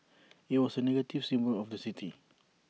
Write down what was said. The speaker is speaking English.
IT was A negative symbol of the city